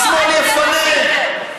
השמאל יפנה,